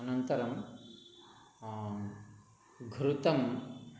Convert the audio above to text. अनन्तरं घृतं